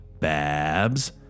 Babs